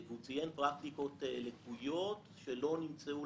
הוא ציין פרקטיקות לקויות שלא נמצאו,